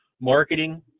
marketing